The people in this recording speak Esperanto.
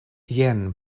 jen